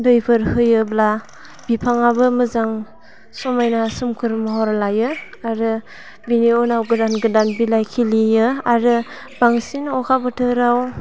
दैफोर होयोब्ला बिफांआबो मोजां समायना सोमखोर महर लायो आरो बिनि उनाव गोदान गोदान बिलाइ खिलियो आरो बांसिन अखा बोथोराव